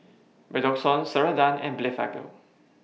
Redoxon Ceradan and Blephagel